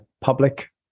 public